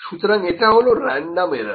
সুতরাংএটা হল random error